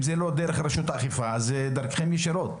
אם זה לא דרך רשות האכיפה אז זה דרככם ישירות.